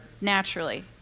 naturally